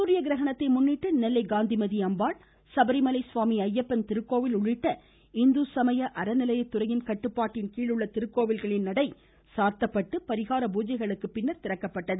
சூரிய கிரகணத்தை முன்னிட்டு நெல்லை காந்திமதியம்பாள் சபரிமலை சுவாமி ஐய்யப்பன் திருக்கோவில் உள்ளிட்ட இந்துசமய அறநிலையத்துறையின் கட்டுப்பாட்டின் கீழ் உள்ள திருக்கோவில்களின் நடை சாத்தப்பட்டு பரிகார பூஜைகளுக்கு பின்னர் திறக்கப்பட்டது